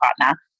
partner